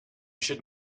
should